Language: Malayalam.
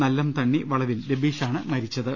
നല്ലംത ണ്ണിവളവിൽ രബീഷാണ് മരിച്ചത്